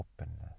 openness